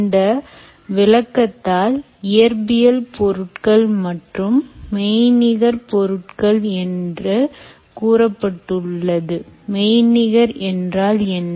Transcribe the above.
இந்த விளக்கத்தில் இயற்பியல் பொருட்கள் மற்றும் மெய்நிகர் பொருட்கள் என்று கூறப்பட்டுள்ளது மெய்நிகர் என்றால் என்ன